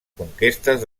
conquestes